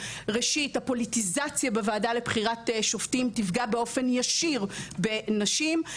ראשית הפוליטיזציה בוועדה לבחירת שופטים תפגע באופן ישיר בנשים.